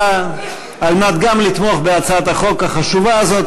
כדי גם לתמוך בהצעת החוק החשובה הזאת,